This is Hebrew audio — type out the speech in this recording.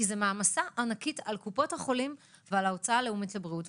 כי זו מעמסה ענקית על קופות החולים ועל ההוצאה הלאומית לבריאות.